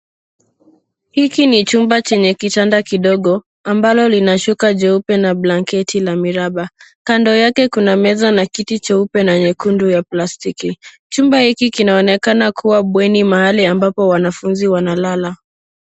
Hiki ni chumba chenye kitanda kidogo, ambacho kina shuka jeupe na blanketi ya miraba. Kando yake kuna meza na kiti cheupe na chekundu cha plastiki. Chumba hiki kinaonekana kuwa bweni, mahali ambapo wanafunzi wanalala.